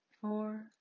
four